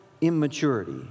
immaturity